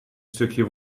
stukje